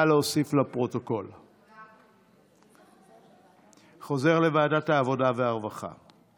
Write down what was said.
התשפ"ב 2022, לוועדת העבודה והרווחה נתקבלה.